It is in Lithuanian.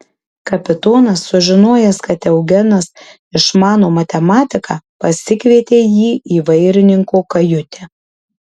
kapitonas sužinojęs kad eugenas išmano matematiką pasikvietė jį į vairininko kajutę